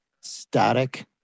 static